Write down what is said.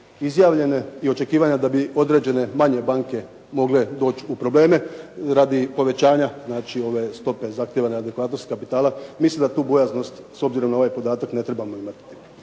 izjavljene i očekivanja da bi određene manje banke mogle doći u probleme radi povećanja znači ove stope zahtjeva na adekvatnost kapitala, mislim da tu bojaznost s obzirom na ovaj podatak ne trebamo imati.